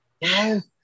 Yes